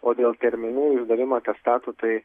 o dėl terminų išdavimo atestatų tai